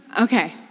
Okay